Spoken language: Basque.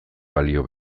balio